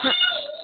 ہاں